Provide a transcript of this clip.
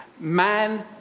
man